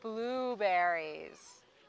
blue berries